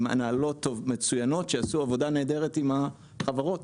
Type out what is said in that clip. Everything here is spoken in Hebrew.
עם הנהלות מצוינות שעשו עבודה נהדרת עם החברות.